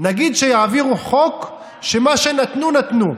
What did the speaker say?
נגיד שיעבירו חוק שמה שנתנו, נתנו.